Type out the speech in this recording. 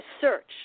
search